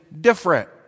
different